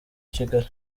kigali